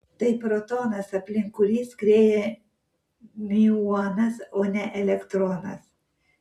tai protonas aplink kurį skrieja miuonas o ne elektronas